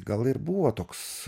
gal ir buvo toks